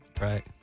Right